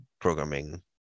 programming